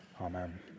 Amen